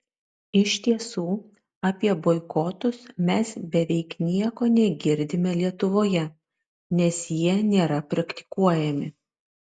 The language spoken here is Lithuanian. iš tiesų apie boikotus mes beveik nieko negirdime lietuvoje nes jie nėra praktikuojami